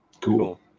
Cool